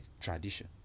tradition